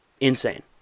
Insane